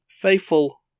faithful